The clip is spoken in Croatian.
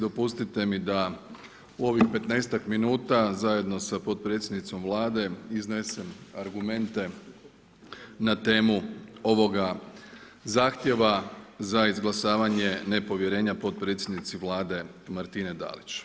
Dopustite mi da u ovih petnaestak minuta zajedno sa potpredsjednicom Vlade iznesen argumente na temu ovoga zahtjeva za izglasavanje nepovjerenja potpredsjednici Vlade Martine Dalić.